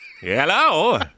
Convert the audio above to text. Hello